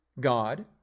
God